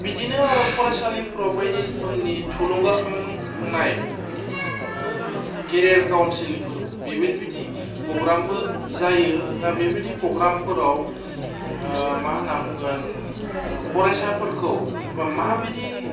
बिदिनो आरो फरायसालिफ्राव बायदि रोखोमनि थुलुंगा खांनाय केरियार काउनसिलफोर बेबायदि बिदि प्रग्रामबो जायो दा बेबायदि प्रग्रामफोराव मा होन्ना बुंगोन फरायसाफोरखौ एबा माबायदि